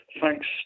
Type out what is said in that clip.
Thanks